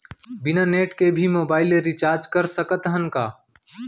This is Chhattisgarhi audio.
बिना नेट के भी मोबाइल ले रिचार्ज कर सकत हन का?